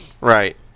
Right